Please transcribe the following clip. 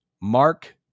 Mark